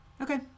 Okay